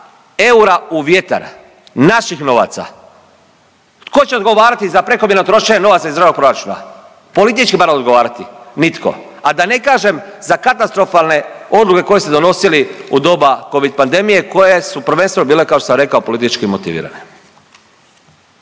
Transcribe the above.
eura u vjetar, naših novaca. Tko će odgovarati za prekomjerno trošenje novaca iz državnog proračuna? Politički mora odgovarati? Nitko. A da ne kažem za katastrofalne odluke koje ste donosili u doba covid pandemije koje su prvenstveno bile kao što sam rekao politički motivirane.